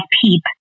PEEP